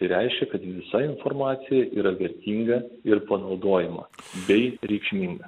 tai reiškia kad visa informacija yra vertinga ir panaudojama bei reikšminga